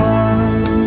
one